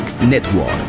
Network